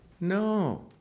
No